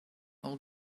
all